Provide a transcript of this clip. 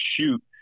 shoot